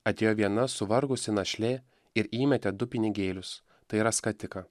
atėjo viena suvargusi našlė ir įmetė du pinigėlius tai yra skatiką